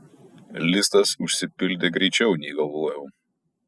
listas užsipildė greičiau nei galvojau